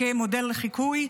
מודל לחיקוי,